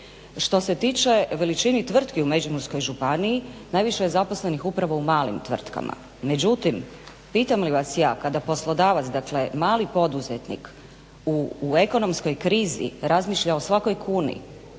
Što se tiče veličini tvrtki u Međimurskoj županiji najviše je zaposlenih upravo u malim tvrtkama. Međutim pitam li vas ja kada poslodavac dakle mali poduzetnik u ekonomskoj krizi razmišlja o svakoj kuni,